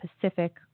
Pacific